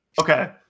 Okay